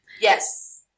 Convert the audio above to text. yes